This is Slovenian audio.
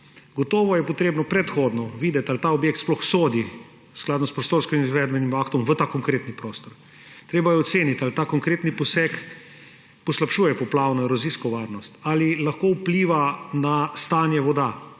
Gotovo je treba predhodno videti, ali ta objekt sploh sodi, v skladu s prostorskim izvedbenim aktom, v ta konkreten prostor. Treba je oceniti, ali ta konkretni poseg poslabšuje poplavno, erozijsko varnost, ali lahko vpliva na stanje voda,